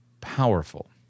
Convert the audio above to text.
powerful